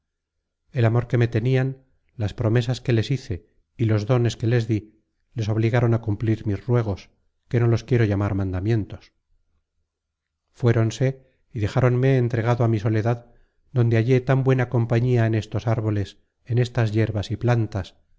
el amor que me tenian las promesas que les hice y los dones que les dí les obligaron á cumplir mis ruegos que no los quiero llamar mandamientos fuéronse y dejáronme entregado á mi soledad donde hallé tan buena compañía en estos árbo content from google book search generated at u les en estas yerbas y plantas